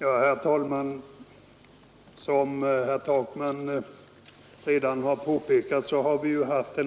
Herr talman! Som herr Takman redan har påpekat, har vi i utskottet haft att behandla